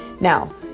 now